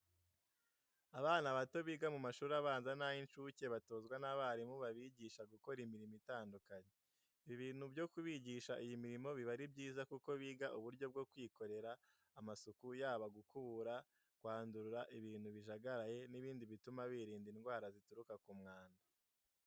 Abana bato biga mu mashuri abanza n'ayi'incuke batozwa n'abarimu babigisha gukora imirimo itandukanye. Ibi bintu byo kubigisha iyi mirimo biba ari byiza kuko biga uburyo bwo kwikorera amasuku yaba gukubura, kwandurura ibintu bijagaraye n'ibindi bituma birinda indwara zituruka ku mwanda.